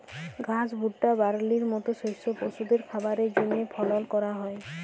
ঘাস, ভুট্টা, বার্লির মত শস্য পশুদের খাবারের জন্হে ফলল ক্যরা হ্যয়